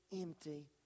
empty